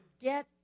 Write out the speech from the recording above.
get